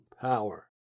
power